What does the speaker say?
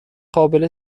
قابل